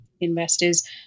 investors